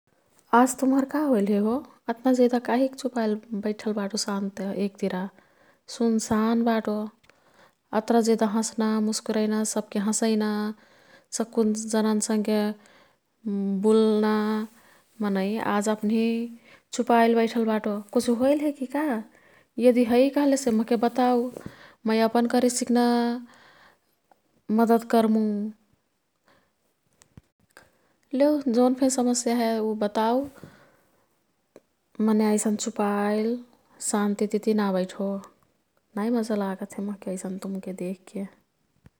"आज तुम्हरका होइल हे हो?" "अत्ना जेदा काहिक चुपाईल बैठल बाटो शान्त एकतिर?" सुनसान बाटो, अत्रा जेदा हस्ना, मुस्कुरैना, सब्के हसैना, सक्कु जनन् संगे बुल्ना मनै आज अप्निही चुपाईल बैठल बटो, कुछु होईल हे किका? यदि है कह्लेसे मोह्के बताउ ,मै अपन करे सिक्ना मदत कर्मु। लेउ जोनफे समस्या हे उ बताउ मने ऐसन चुपाईल शान्तितिती ना बैठो। नाई मजा लागत हे मोह ऐसन तुम्के देख्के।